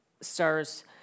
stars